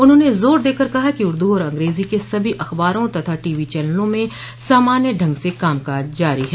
उन्होंने जोर देकर कहा कि उर्दू और अंग्रेजी के सभी अखबारों तथा टीवी चैनलों में सामान्य ढंग से काम काज जारी है